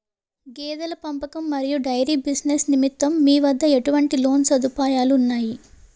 గేదెల పెంపకం మరియు డైరీ బిజినెస్ నిమిత్తం మీ వద్ద ఎటువంటి లోన్ సదుపాయాలు ఉన్నాయి?